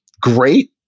great